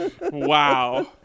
Wow